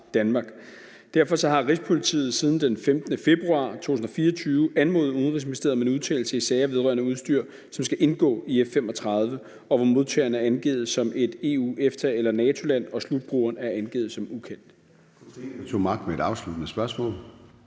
Derfor har Rigspolitiet siden den 15. februar 2024 anmodet Udenrigsministeriet om en udtalelse i sager vedrørende udstyr, som skal indgå i F-35, og hvor modtageren er angivet som et EU-, EFTA- eller NATO-land og slutbrugeren er angivet som ukendt.